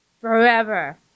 Forever